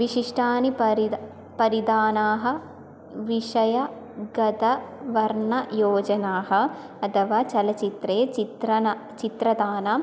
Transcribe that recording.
विशिष्टानि परिधानं परिधानाः विषयगतवर्णयोजनाः अथवा चलच्चित्रे चित्रणं चित्रितानां